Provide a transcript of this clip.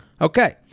Okay